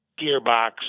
gearbox